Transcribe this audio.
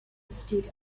stood